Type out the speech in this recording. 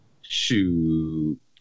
Shoot